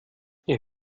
ihr